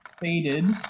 faded